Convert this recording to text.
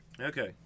Okay